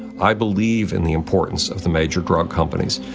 i believe in the importance of the major drug companies.